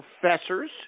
professors